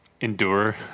Endure